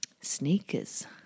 Sneakers